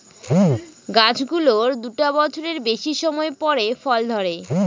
গাছ গুলোর দুটা বছরের বেশি সময় পরে ফল ধরে